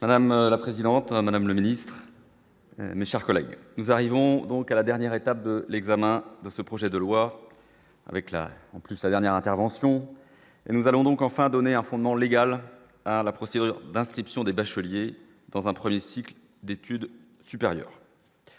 Madame la présidente, Madame le Ministre. Mais, chers collègues, nous arrivons donc à la dernière étape de l'examen de ce projet de loi avec la en plus sa dernière intervention, nous allons donc enfin donner un fondement légal à la procédure d'inscription des bacheliers dans un 1er cycle d'études supérieures.